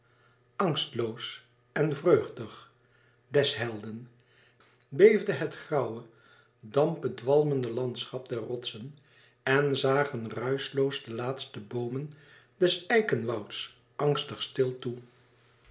angstloos en vreugdig des helden beefde het grauwe dampbedwalmde landschap der rotsen en zagen ruischloos de laatste boomen des eikenwouds angstig stil toe